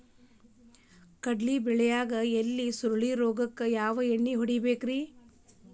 ಕಡ್ಲಿ ಬೆಳಿಯಾಗ ಎಲಿ ಸುರುಳಿ ರೋಗಕ್ಕ ಯಾವ ಎಣ್ಣಿ ಹೊಡಿಬೇಕ್ರೇ?